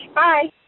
bye